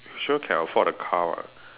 sure can afford a car [what]